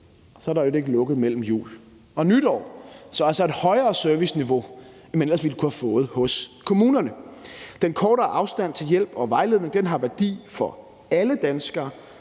så er der i øvrigt ikke lukket mellem jul og nytår. Så der er altså et højere serviceniveau, end man ellers ville kunne have fået hos kommunerne. Den kortere afstand til hjælp og vejledning har værdi for alle danskere